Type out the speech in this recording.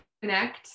connect